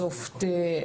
איירסופט.